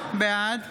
בעד